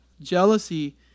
Jealousy